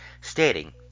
stating